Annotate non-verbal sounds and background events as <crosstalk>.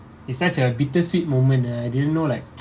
it such a bittersweet moment and I didn't know like <noise>